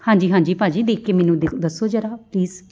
ਹਾਂਜੀ ਹਾਂਜੀ ਭਾਅ ਜੀ ਦੇਖ ਕੇ ਮੈਨੂੰ ਦੱਸੋ ਜਰਾ ਪਲੀਜ